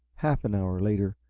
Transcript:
half an hour later,